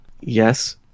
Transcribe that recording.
Yes